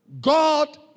God